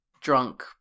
drunk